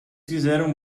fizeram